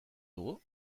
dugu